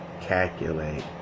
calculate